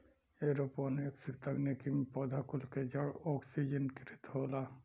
aeroponics तकनीकी में पौधा कुल क जड़ ओक्सिजनकृत होला